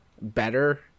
better